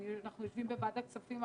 אנחנו יושבים בוועדת כספים,